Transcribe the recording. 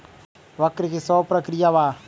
वक्र कि शव प्रकिया वा?